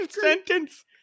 sentence